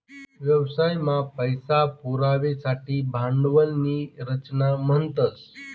व्यवसाय मा पैसा पुरवासाठे भांडवल नी रचना म्हणतस